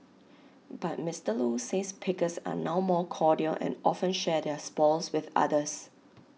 but Mister low says pickers are now more cordial and often share their spoils with others